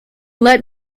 let